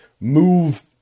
move